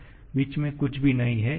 बीच में कुछ भी नहीं है